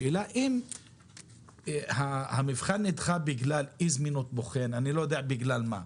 השאלה אם המבחן נדחה בגלל אי זמינות בוחן אני לא יודע בגלל מה,